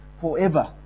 forever